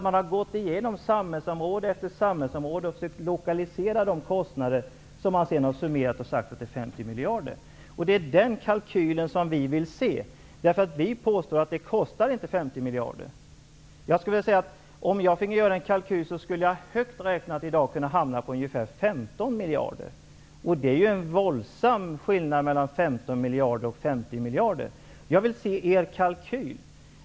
Man har gått igenom samhällsområde efter samhällsområde och försökt lokalisera kostnaderna. Man har sedan summerat dem och sagt att det är 50 miljarder. Det är den kalkylen som vi vill se. Vi påstår nämligen att det inte kostar 50 miljarder. Om jag finge göra en kalkyl skulle jag, högt räknat, hamna på ungefär 15 miljarder. Det är en våldsam skillnad mellan 15 Jag vill se er kalkyl.